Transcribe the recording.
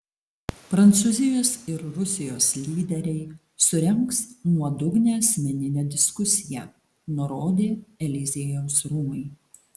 prancūzijos ir rusijos lyderiai surengs nuodugnią asmeninę diskusiją nurodė eliziejaus rūmai